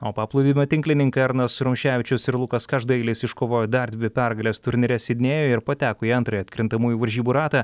o paplūdimio tinklininkai arnas rumševičius ir lukas každailis iškovojo dar dvi pergales turnyre sidnėjuje ir pateko į antrąjį atkrintamųjų varžybų ratą